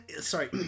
Sorry